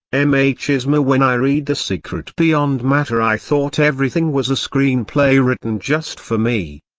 m h. izmir when i read the secret beyond matter i thought everything was a screenplay written just for me.